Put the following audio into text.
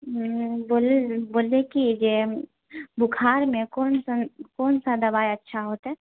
बोललियै कि जे बोखारमे कोन सा दवाइ अच्छा होतै